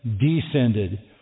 descended